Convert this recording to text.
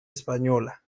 española